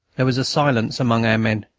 there was a silence among our men,